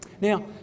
Now